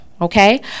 okay